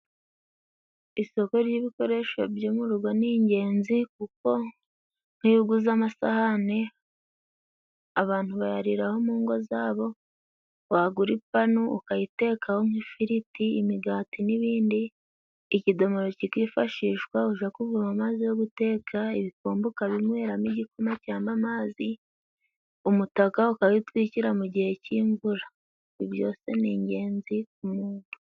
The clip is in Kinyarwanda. Isoko ry'ibikoresho byo mu rugo ni ingenzi, kuko nk'iyo uguze amasahani abantu bayariraho mu ngo zabo, wagura ipanu ukayitekaho nk'ifiriti, imigati n'ibindi, ikidomoro kikifashishwa uja kuvoma amazi yo guteka, ibikombe ukabiyweramo igikoma cyangwa amazi, umutaka ukayitwikira mu gihe cy'imvura, ibyo byose ni ingenzi ku muntu.